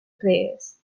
players